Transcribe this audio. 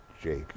Jake